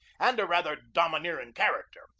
and a rather domineering character,